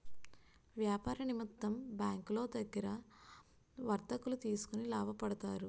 వ్యాపార నిమిత్తం బ్యాంకులో దగ్గర వర్తకులు తీసుకొని లాభపడతారు